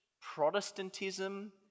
Protestantism